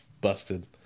busted